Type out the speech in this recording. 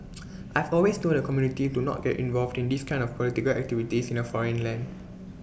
I've always told the community to not get involved in these kinds of political activities in A foreign land